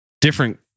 different